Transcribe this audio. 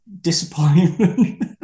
disappointment